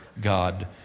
God